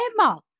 Emma